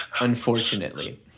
unfortunately